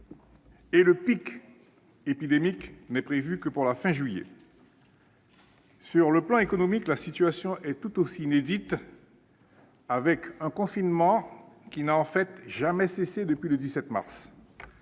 Et le pic épidémique n'est prévu que pour la fin du mois ! Sur le plan économique, la situation est tout aussi inédite, avec un confinement qui n'a, en fait, jamais cessé depuis le 17 mars.